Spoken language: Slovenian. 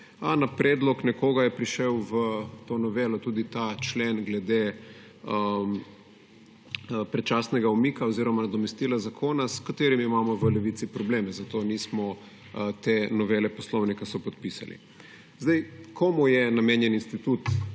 A na predlog nekoga je prišel v to novelo tudi ta člen glede predčasnega umika oziroma nadomestila zakona, s katerim imamo v Levici probleme, zato nismo te novele Poslovnika sopodpisali. Komu je namenjen institut